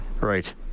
Right